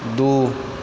दू